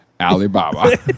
Alibaba